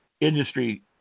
industry